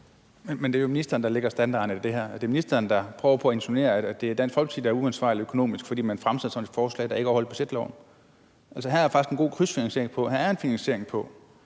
Men det er jo ministeren, der sætter standarden i det her. Det er ministeren, der insinuerer, at det er Dansk Folkeparti, der er økonomisk uansvarlige, fordi vi fremsætter et forslag, der ikke overholder budgetloven. Her er der faktisk en god krydsfinansiering, der er en finansiering af